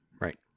right